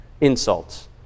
insults